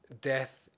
death